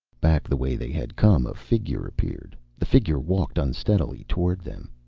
back the way they had come a figure appeared. the figure walked unsteadily toward them.